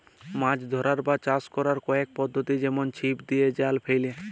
মাছ ধ্যরার বা চাষ ক্যরার কয়েক পদ্ধতি যেমল ছিপ দিঁয়ে, জাল ফ্যাইলে